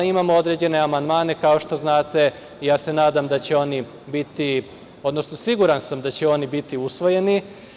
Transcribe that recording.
Imamo određene amandmane kao što znate, ja se nadam da će oni biti, odnosno siguran sam da će oni biti usvojeni.